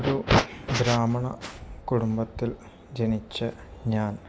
ഒരു ഗ്രാമീണ കുടുംബത്തിൽ ജനിച്ച ഞാൻ